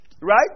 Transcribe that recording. Right